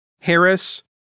Harris